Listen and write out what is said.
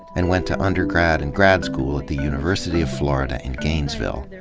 and went to undergrad and grad school at the university of florida in gainesville.